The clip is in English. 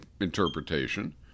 interpretation